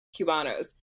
Cubanos